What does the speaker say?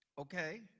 Okay